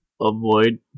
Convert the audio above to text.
Avoid